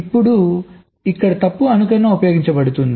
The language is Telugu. ఇప్పుడు ఇక్కడ తప్పు అనుకరణ ఉపయోగించబడుతుంది